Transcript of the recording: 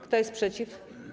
Kto jest przeciw?